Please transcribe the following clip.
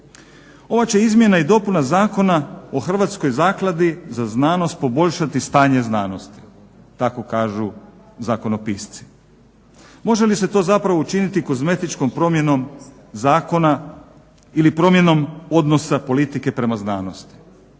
Ova će izmjena i dopuna Zakona o Hrvatskoj zakladi za znanost poboljšati stanje znanosti, tako kažu zakonopisci. Može li se to zapravo učiniti kozmetičkom promjenom zakona ili promjenom odnosa politike prema znanosti.